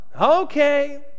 Okay